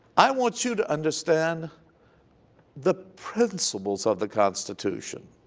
i want you to understand the principles of the constitution